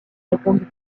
répondit